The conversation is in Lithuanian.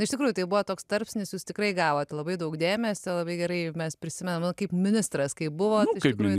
iš tikrųjų tai buvo toks tarpsnis jūs tikrai gavot labai daug dėmesio labai gerai mes prisimenam kaip ministras kaip buvot iš tikrųjų